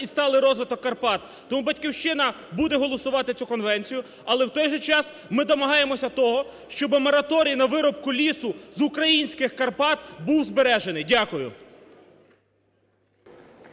і сталий розвиток Карпат. Тому, "Батьківщина" буде голосувати цю конвенцію, але в той же час ми домагаємося того, щоб мораторій на вирубку лісу з українських Карпат був збережений. Дякую.